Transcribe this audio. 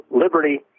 Liberty